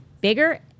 bigger